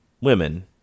women